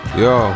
yo